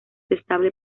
estable